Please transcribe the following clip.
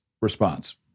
response